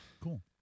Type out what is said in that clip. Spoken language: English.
Cool